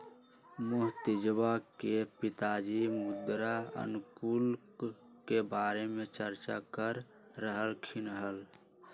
मोहजीतवा के पिताजी मृदा अनुकूलक के बारे में चर्चा कर रहल खिन हल